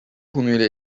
konuyla